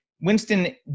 Winston